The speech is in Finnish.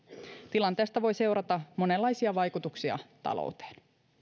tilanteesta voi seurata monenlaisia vaikutuksia talouteen